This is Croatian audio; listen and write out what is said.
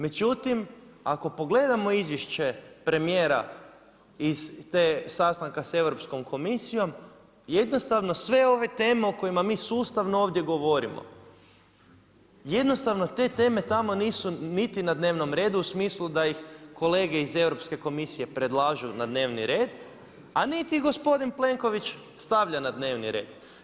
Međutim, ako pogledamo izvješće premijera iz sastanka sa Europskom komisijom, jednostavno sve ove teme o kojima mi sustavno ovdje govorimo, jednostavno te teme tamo nisu niti na dnevnom redu u smislu da ih kolege iz Europske komisije predlažu na dnevni red, a niti gospodin Plenković stavlja na dnevni red.